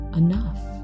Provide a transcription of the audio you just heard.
enough